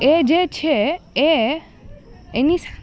એ જે છે એ એની